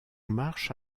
marche